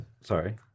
sorry